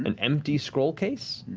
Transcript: and empty scroll case,